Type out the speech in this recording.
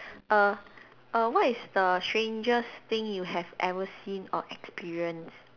err err what is the strangest thing you have ever seen or experience